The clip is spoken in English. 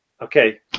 okay